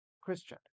Christian